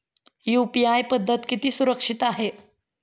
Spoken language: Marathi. यु.पी.आय पद्धत किती सुरक्षित आहे?